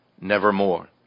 nevermore